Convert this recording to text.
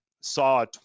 saw